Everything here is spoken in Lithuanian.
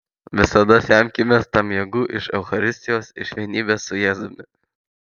visada semkimės tam jėgų iš eucharistijos iš vienybės su jėzumi